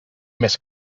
més